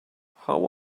how